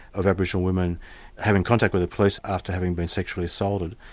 of aboriginal women having contact with the police after having been sexually assaulted,